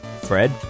Fred